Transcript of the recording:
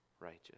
righteous